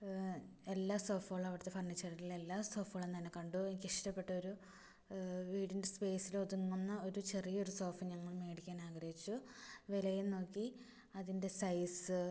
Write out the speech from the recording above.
എല്ലാ സോഫകൾ അവിടുത്തെ ഫർണിച്ചറിലെ എല്ലാ സോഫകളും തന്നെ കണ്ടു എനിക്കിഷ്ടപ്പെട്ടൊരു വീടിൻ്റെ സ്പേസിലൊതുങ്ങുന്ന ഒരു ചെറിയൊരു സോഫ ഞങ്ങൾ വേടിക്കാനാഗ്രഹിച്ചു വിലയും നോക്കി അതിൻ്റെ സൈസ്